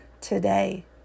today